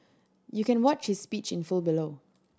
you can watch his speech in full below